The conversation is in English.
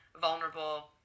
vulnerable